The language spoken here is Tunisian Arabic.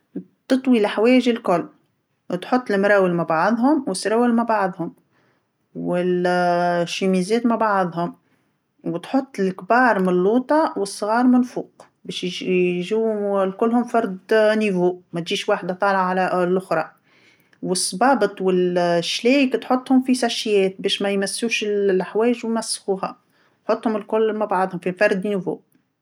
تطوي الحوايج الكل، تحط المراول مع بعضهم والسراول مع بعضهم، و الشوميزات مع بعضهم، وتحط الكبار من اللوطا والصغار من الفوق، باش يجي- يجو كلهم فرد مستوي، ماتجيش وحده طالعه على ال-اللخرا، والصبابط وال- الشلايق تحطهم في ساشيات باش مايمسوش ال- الحوايج ويمسخوها، تحطهم الكل مع بعضهم في برد مستوى.